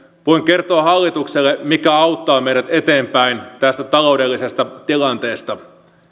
voin kertoa hallitukselle mikä auttaa meidät eteenpäin tästä taloudellisesta tilanteesta